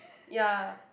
ya